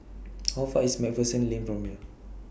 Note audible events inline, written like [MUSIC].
[NOISE] How Far IS MacPherson Lane from here